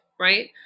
Right